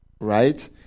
right